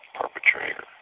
perpetrator